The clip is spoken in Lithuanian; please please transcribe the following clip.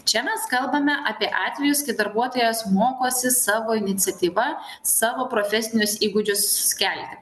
čia mes kalbame apie atvejus kai darbuotojas mokosi savo iniciatyva savo profesinius įgūdžius kelti